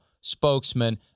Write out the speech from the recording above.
spokesman